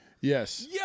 Yes